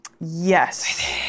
Yes